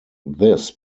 this